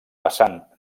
vessant